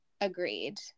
Agreed